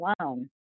alone